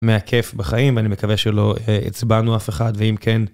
מהכיף בחיים ואני מקווה שלא עצבנו אף אחד ואם כן.